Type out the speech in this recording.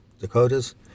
Dakotas